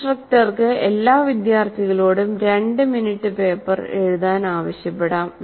ഇൻസ്ട്രക്ടർക്ക് എല്ലാ വിദ്യാർത്ഥികളോടും 2 മിനിറ്റ് പേപ്പർ എഴുതാൻ ആവശ്യപ്പെടാം